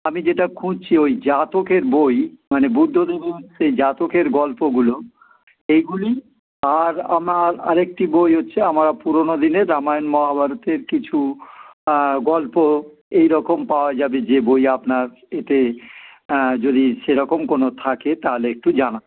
আমি যেটা খুঁজছি ওই জাতকের বই মানে বুদ্ধদেব গুহর সেই জাতকের গল্পগুলো এইগুলি আর আমার আরেকটি বই হচ্ছে আমার পুরোনো দিনে রামায়ণ মহাভারতের কিছু গল্প এই রকম পাওয়া যাবে যে বই আপনার এতে যদি সেরকম কোনো থাকে তাহলে একটু জানা